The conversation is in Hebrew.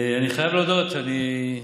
אני חייב להודות שאני נבוך,